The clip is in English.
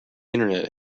internet